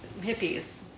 Hippies